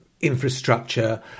infrastructure